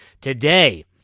Today